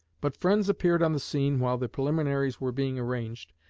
but friends appeared on the scene while the preliminaries were being arranged,